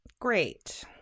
Great